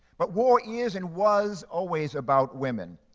but war is and was always about women,